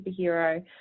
superhero